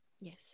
Yes